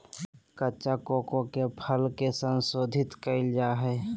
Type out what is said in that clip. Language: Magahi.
कच्चा कोको के फल के संशोधित कइल जा हइ